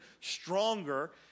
stronger